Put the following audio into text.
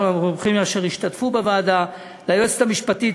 לכל המומחים אשר השתתפו בוועדה: ליועצת המשפטית,